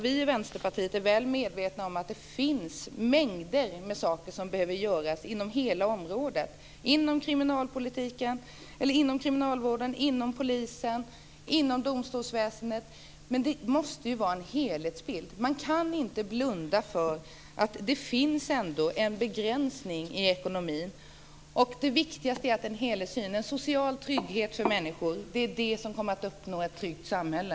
Vi i Vänsterpartiet är väl medvetna om att det finns mängder av saker som behöver göras inom hela området, inom kriminalpolitiken, inom kriminalvården, inom polisen, inom domstolsväsendet. Men man måste ha en helhetsbild. Man kan inte blunda för att det ändå finns en begränsning i ekonomin. Det viktigaste är att man har en helhetssyn och kan erbjuda en social trygghet för människor. Det är detta som gör att man får ett tryggt samhälle.